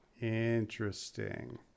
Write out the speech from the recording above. Interesting